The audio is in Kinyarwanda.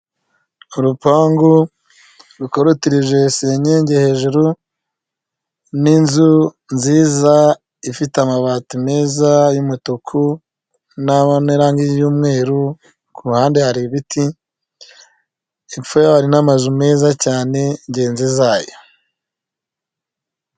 Urupangu rukorotirije senyeje hejuru n’ nzu nziza ifite amabati meza y’ mutuku. Nabonera n’ y’ umweru kuruhande hari ibiti, hepfo yayo hari namazu meza cyane, ngenzi zayo.